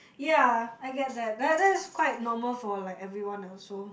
ya I get that that that's quite normal for like everyone also